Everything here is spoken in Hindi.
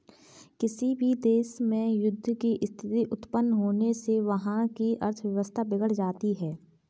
किसी भी देश में युद्ध की स्थिति उत्पन्न होने से वहाँ की अर्थव्यवस्था बिगड़ जाती है